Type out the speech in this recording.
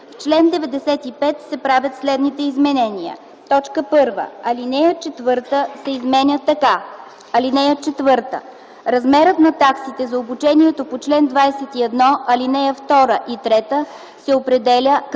В чл. 95 се правят следните изменения: 1. Алинея 4 се изменя така: „(4) Размерът на таксите за обучението по чл. 21, ал. 2 и 3 се определя като